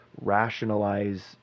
rationalize